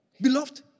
Beloved